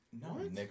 No